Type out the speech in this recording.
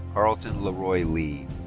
carlton laroy lee.